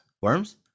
Worms